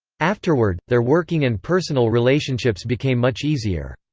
afterward, their working and personal relationships became much easier.